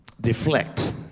deflect